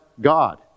God